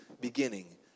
beginning